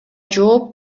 жооп